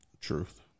truth